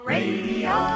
Radio